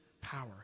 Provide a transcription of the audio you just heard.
power